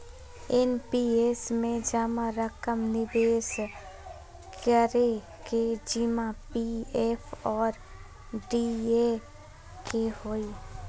NPS में जमा रकम निवेश करे के जिम्मा पी.एफ और डी.ए के हइ